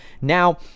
now